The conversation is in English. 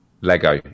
Lego